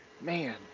Man